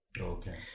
okay